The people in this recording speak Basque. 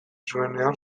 zuenean